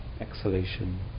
exhalation